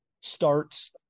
starts